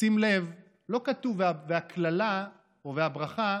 שים לב, לא כתוב, על "והקללה" או "והברכה",